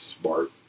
smart